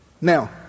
Now